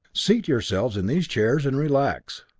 seat yourselves in these chairs and relax.